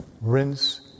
rinse